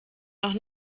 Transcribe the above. noch